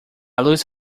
luz